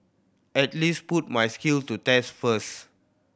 at least put my skills to test first